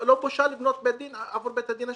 לא בושה לבנות בית דין עבור בית הדין השרעי.